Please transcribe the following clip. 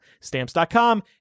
Stamps.com